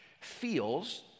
feels